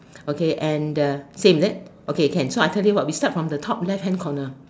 okay and same is it okay can I tell you what we start from the top left hand corner